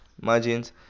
margins